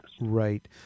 Right